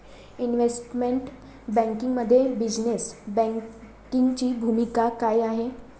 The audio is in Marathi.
इन्व्हेस्टमेंट बँकिंगमध्ये बिझनेस बँकिंगची भूमिका काय आहे?